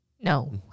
No